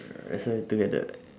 wrestle together